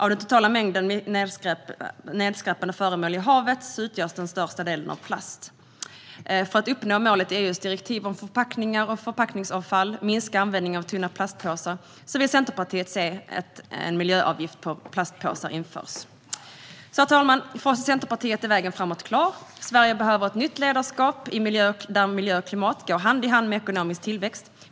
Av den totala mängden nedskräpande föremål i haven utgörs den största delen av plast. För att uppnå målet i EU:s direktiv om förpackningar och förpackningsavfall och minska användningen av tunna plastpåsar vill Centerpartiet att en miljöavgift på plastpåsar införs. Herr talman! För oss i Centerpartiet är vägen framåt klar. Sverige behöver ett nytt ledarskap där miljö och klimat går hand i hand med ekonomisk tillväxt.